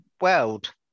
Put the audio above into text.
world